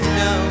no